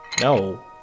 No